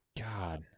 God